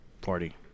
party